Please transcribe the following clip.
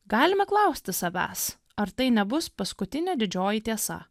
galime klausti savęs ar tai nebus paskutinė didžioji tiesa